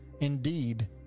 Indeed